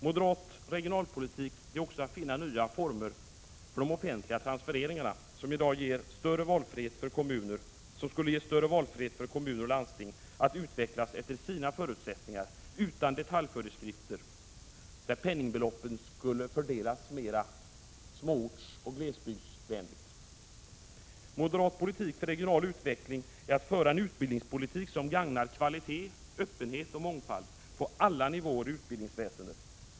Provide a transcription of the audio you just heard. Moderat regionalpolitik är också att finna nya former för de offentliga transfereringarna som i sig skulle ge större valfrihet för kommuner och landsting att utvecklas efter sina förutsättningar, utan detaljföreskrifter, samtidigt som penningbeloppen skulle fördelas mer småortsoch glesbygdsvänligt. Moderat politik för regional utveckling är att föra en utbildningspolitik som gagnar kvalitet, öppenhet och mångfald på alla nivåer i utbildningsväsendet.